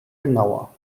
genauer